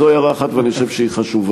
זוהי הערה אחת, ואני חושב שהיא חשובה.